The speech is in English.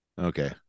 okay